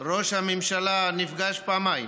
ראש הממשלה נפגש פעמיים